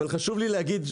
אבל חשוב לי להגיד.